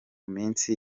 minsi